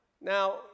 Now